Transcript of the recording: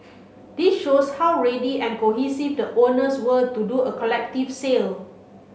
this shows how ready and cohesive the owners were to do a collective sale